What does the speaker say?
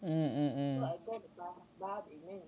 mm mm mm